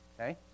Okay